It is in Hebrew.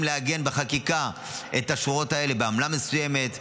לעגן בחקיקה את השורות האלה בעמלה מסוימת,